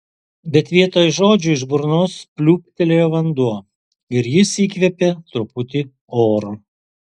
bet vietoj žodžių iš burnos pliūptelėjo vanduo ir jis įkvėpė truputį oro